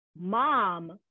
mom